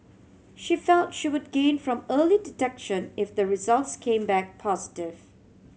she felt she would gain from early detection if the results came back positive